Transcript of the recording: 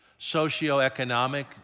socioeconomic